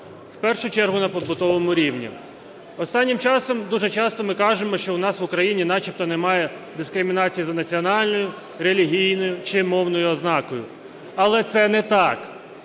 В першу чергу на побутовому рівні. Останнім часом дуже часто ми кажемо, що у нас в Україні начебто немає дискримінації за національною, релігійною чи мовною ознакою. Але це не так.